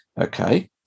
Okay